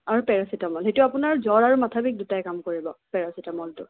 আৰু পেৰাচিটামল সেইটো আপোনাৰ জ্বৰ আৰু মাথা বিষ দুটাই কাম কৰিব পেৰাচিটামলটো